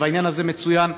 והעניין הזה מצוין בתורה.